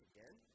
Again